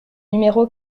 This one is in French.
numéro